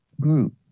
group